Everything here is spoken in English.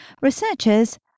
Researchers